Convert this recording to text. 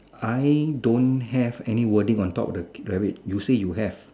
I don't have any wording on top of the rabbit you say you have